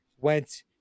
went